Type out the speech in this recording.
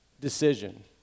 decision